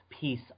piece